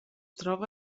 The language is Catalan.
troba